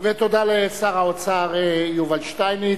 תודה לשר האוצר יובל שטייניץ.